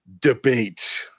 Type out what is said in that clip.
debate